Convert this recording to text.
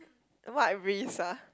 what risk ah